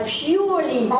purely